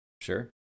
Sure